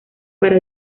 para